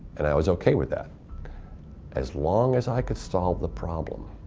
and i was okay with that as long as i could solve the problem.